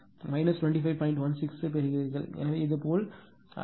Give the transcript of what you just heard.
16 ° பெறுவீர்கள் எனவே இதேபோல் I2 என்பது i3i4 க்கு சமம்